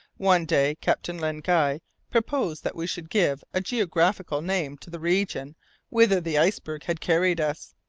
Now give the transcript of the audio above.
one day, captain len guy proposed that we should give a geographical name to the region whither the iceberg had carried us.